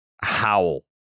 howl